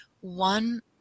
one